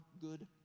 good